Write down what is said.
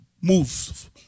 moves